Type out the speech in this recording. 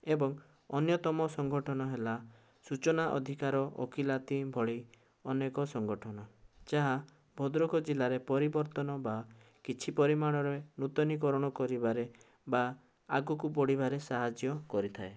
ଏବଂ ଅନ୍ୟତମ ସଂଗଠନ ହେଲା ସୂଚନା ଅଧିକାର ଓକିଲାତି ଭଳି ଅନେକ ସଂଗଠନ ଯାହା ଭଦ୍ରକ ଜିଲ୍ଲାରେ ପରିବର୍ତ୍ତନ ବା କିଛି ପରିମାଣରେ ନୂତନିକରଣ କରିବାରେ ବା ଆଗକୁ ବଢ଼ିଆରେ ସାହାଯ୍ୟ କରିଥାଏ